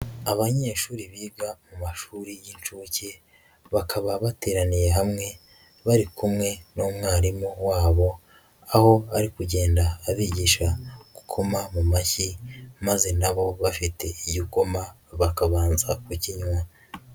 Abanyeshuri biga mu mashuri y'incuke, bakaba bateraniye hamwe, bari kumwe n'umwarimu wabo, aho ari kugenda abigisha gukoma mu mashyi maze na bo bafite igikoma bakabanza kukinywa.